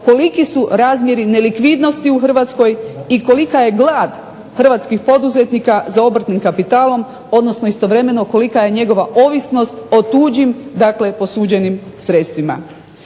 koliki su razmjeri nelikvidnosti u HRvatskoj i kolika je glad hrvatskih poduzetnika za obrtnim kapitalom odnosno kolika je istovremeno njegova ovisnost o tuđim dakle posuđenim sredstvima.